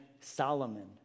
Solomon